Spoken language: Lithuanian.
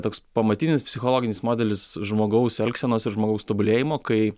toks pamatinis psichologinis modelis žmogaus elgsenos ir žmogaus tobulėjimo kai